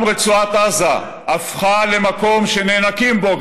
גם רצועת עזה הפכה למקום שנאנקים בו,